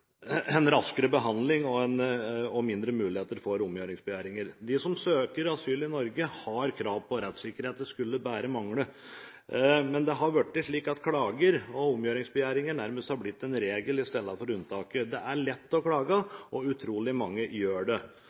en raskere behandling og mindre muligheter for omgjøringsbegjæringer. De som søker asyl i Norge, har krav på rettssikkerhet. Det skulle bare mangle. Men det har blitt slik at klager og omgjøringsbegjæringer nærmest har blitt regelen i stedet for unntaket. Det er lett å klage, og utrolig mange gjør det.